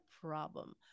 problem